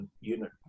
unit